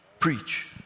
Preach